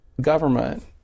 government